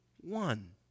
one